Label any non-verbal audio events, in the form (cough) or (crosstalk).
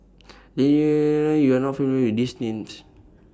(unintelligible) YOU Are not familiar with These Names